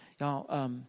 Y'all